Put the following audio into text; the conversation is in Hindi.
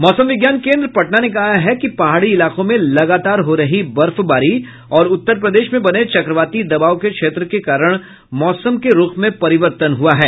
मौसम विज्ञान केन्द्र पटना ने कहा है कि पहाड़ी इलाकों में लगातार हो रही बर्फबारी और उत्तर प्रदेश में बने चक्रवाती दबाव के क्षेत्र के कारण मौसम के रूख में परिवर्तन हुआ है